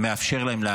מאפשר להם לפעול,